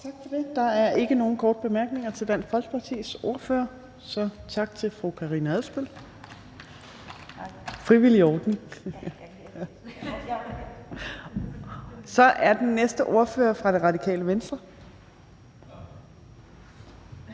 Tak for det. Der er ikke nogen korte bemærkninger til Dansk Folkepartis ordfører, så tak til fru Karina Adsbøl. Så er den næste ordfører fra Radikale Venstre.